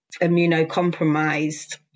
immunocompromised